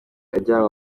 ajyanwa